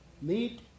Meet